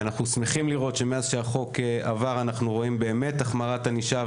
אנחנו שמחים לראות שמאז שהחוק עבר אנחנו רואים באמת החמרת ענישה,